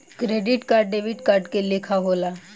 credit card debit card के लेखा होला